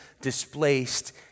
displaced